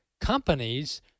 companies